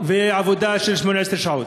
ועבודה של 18 שעות.